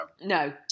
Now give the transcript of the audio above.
no